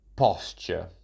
posture